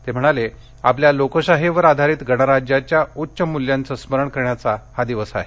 ते म्हणाले आपल्या लोकशाहीवर आधारित गणराज्याच्या उच्च मूल्यांचं स्मरण करण्याचा हा दिवस आहे